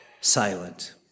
silent